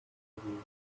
interview